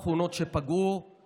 גם באנשים כמוך, שמרעיבים ילדים.